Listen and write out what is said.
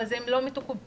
אבל זה לא מטופל,